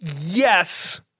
yes